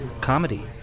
comedy